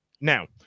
Now